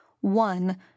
One